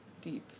deep